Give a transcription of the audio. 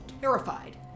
terrified